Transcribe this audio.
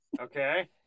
okay